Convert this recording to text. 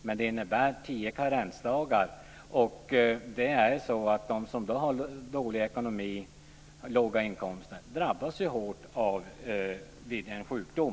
Men det innebär tio karensdagar, och de som har låga inkomster och dålig ekonomi drabbas ju hårt vid sjukdom.